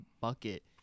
bucket